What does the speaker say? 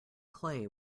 clay